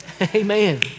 Amen